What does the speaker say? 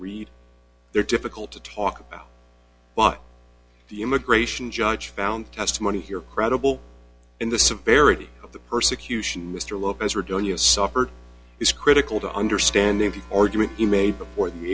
read they're difficult to talk about but the immigration judge found testimony here credible in the severity of the persecution mr lopez regalia suffered is critical to understanding the argument he made before the